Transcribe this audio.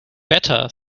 better